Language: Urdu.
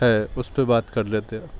ہے اس پہ بات کر لیتے ہیں